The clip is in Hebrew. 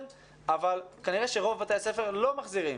אבל כנראה שרוב בתי הספר לא מחזירים.